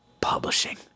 publishing